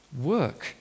work